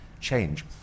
change